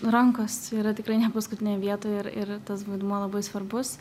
rankos yra tikrai ne paskutinėj vietoj ir ir tas vaidmuo labai svarbus